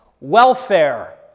welfare